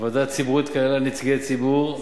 הוועדה הציבורית כללה נציגי ציבור,